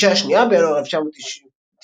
לפגישה השנייה, בינואר 1994,